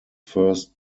first